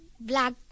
Black